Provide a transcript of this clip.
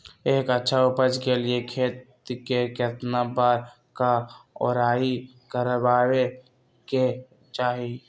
एक अच्छा उपज के लिए खेत के केतना बार कओराई करबआबे के चाहि?